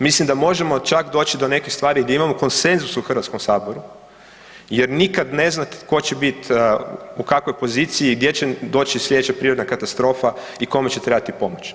Mislim da možemo čak doći do nekih stvari gdje imamo konsenzus u Hrvatskom saboru, jer nikada ne znate tko će biti u kakvoj poziciji i gdje će doći sljedeća prirodna katastrofa i kome će trebati pomoć.